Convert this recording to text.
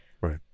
Right